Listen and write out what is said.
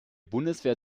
bundeswehr